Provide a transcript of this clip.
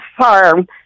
farm